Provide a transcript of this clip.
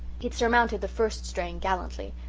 it surmounted the first strain gallantly.